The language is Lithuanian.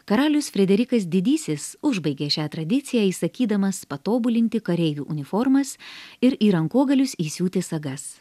karalius frederikas didysis užbaigė šią tradiciją įsakydamas patobulinti kareivių uniformas ir į rankogalius įsiūti sagas